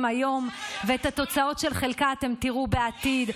היום ואת התוצאות של חלקה אתם תראו בעתיד.